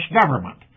government